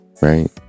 right